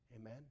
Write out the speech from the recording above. Amen